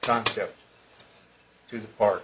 concept to the park